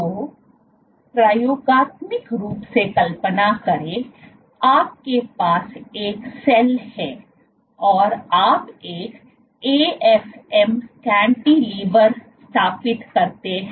तो प्रयोगात्मक रूप से कल्पना करें आपके पास एक सेल है और आप एक AFM कैंटीलीवर स्थापित करते हैं